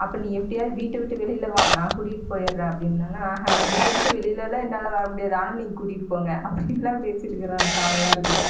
அப்போ நீ எப்படியாது வீட்டை விட்டு வெளியில் வா நான் கூட்டிகிட்டு போயிடறேன் அப்படின்னாங்க ஆஹான் வீட்டை விட்டு வெளிலெலாம் என்னால் வரமுடியாது ஆனால் நீங்கள் கூட்டிகிட்டு போங்க அப்படின்லாம் பேசியிருக்குறேன் காலமெலாம் இருக்குது